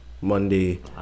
Monday